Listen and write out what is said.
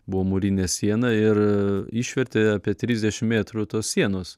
buvo mūrinė siena ir išvertė apie tridešim mėtrų tos sienos